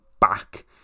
back